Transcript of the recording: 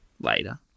later